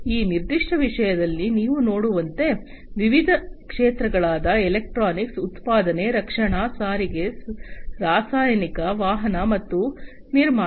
ಈ ನಿರ್ದಿಷ್ಟ ವಿಷಯದಲ್ಲಿ ನೀವು ನೋಡುವಂತೆ ವಿವಿಧ ಕ್ಷೇತ್ರಗಳಾದ ಎಲೆಕ್ಟ್ರಾನಿಕ್ಸ್ ಉತ್ಪಾದನೆ ರಕ್ಷಣಾ ಸಾರಿಗೆ ರಾಸಾಯನಿಕ ವಾಹನ ಮತ್ತು ನಿರ್ಮಾಣ